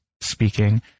speaking